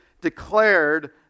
declared